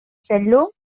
salon